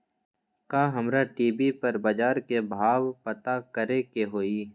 का हमरा टी.वी पर बजार के भाव पता करे के होई?